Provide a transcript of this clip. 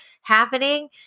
happening